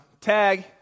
tag